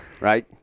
Right